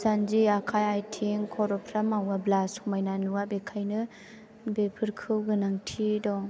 जान्जि आखाइ आथिं खर'फ्रा मावाब्ला समायना नुआ बेखायनो बेफोरखौ गोनांथि दं